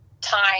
time